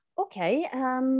Okay